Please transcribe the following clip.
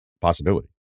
possibility